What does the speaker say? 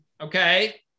Okay